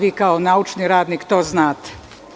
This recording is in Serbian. Vi kao naučni radnik to znate.